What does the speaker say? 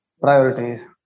Priorities